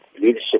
leadership